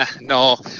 no